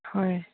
ꯍꯣꯏ